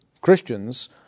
Christians